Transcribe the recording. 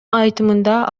айтымында